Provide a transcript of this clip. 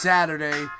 Saturday